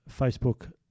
facebook